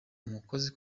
umukozi